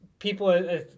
People